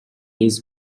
his